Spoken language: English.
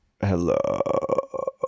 hello